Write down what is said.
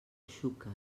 xúquer